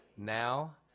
Now